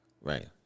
Right